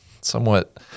somewhat –